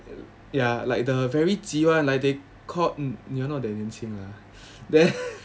ya like the very 急 [one] like they call you you are not that 年轻 lah then